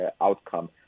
outcome